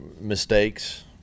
mistakes